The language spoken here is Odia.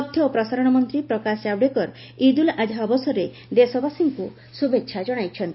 ତଥ୍ୟ ଓ ପ୍ରସାରଣ ମନ୍ତ୍ରୀ ପ୍ରକାଶ କାଭେଡକର ଇଦ୍ ଉଲ୍ ଆଝା ଅବସରରେ ଦେଶବାସୀଙ୍କୁ ଶୁଭେଚ୍ଛା ଜଣାଇଛନ୍ତି